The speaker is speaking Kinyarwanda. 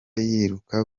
yiruka